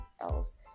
else